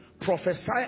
Prophesy